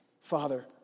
Father